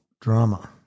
drama